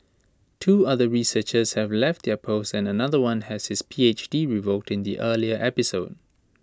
two other researchers have left their posts and another one had his PhD revoked in the earlier episode